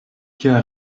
kia